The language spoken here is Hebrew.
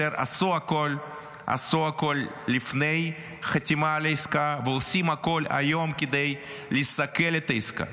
שעשו הכול לפני החתימה על העסקה ועושים הכול היום כדי לסכל את העסקה.